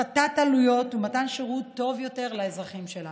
הפחתת עלויות ומתן שירות טוב יותר לאזרחים שלנו.